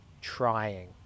trying